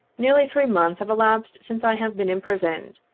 nearly three months have elapsed since i have been im prisoned,